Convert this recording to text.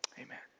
amen.